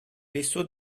vaisseaux